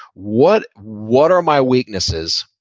what what are my weaknesses?